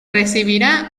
recibirá